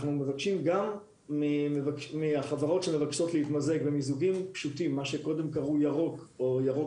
גם לחברות שמבקשות להתמזג במיזוגים פשוטים על מנת